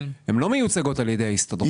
הן לא מיוצגות על ידי ההסתדרות.